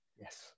Yes